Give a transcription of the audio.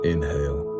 Inhale